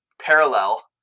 parallel